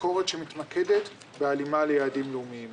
ביקורת שמתמקדת בהלימה ליעדים לאומיים.